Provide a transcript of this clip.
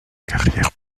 carrière